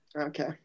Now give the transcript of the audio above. Okay